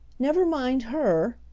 never mind her,